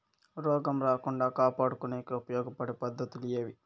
రోగం రాకుండా కాపాడుకునేకి ఉపయోగపడే పద్ధతులు ఏవి?